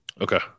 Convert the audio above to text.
Okay